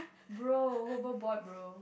bro whole book bought bro